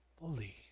fully